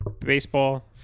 Baseball